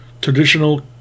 Traditional